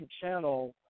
channel